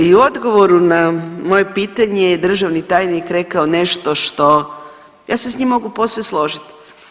I u odgovoru na moje pitanje je državni tajnik rekao nešto što ja se s njim mogu posve složiti.